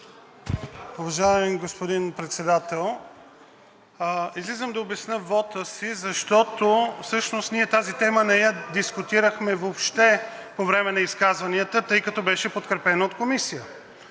Уважаеми господин Председател, излизам да обясня вота си, защото всъщност ние тази тема не я дискутирахме въобще по време на изказванията, тъй като беше подкрепено от Комисията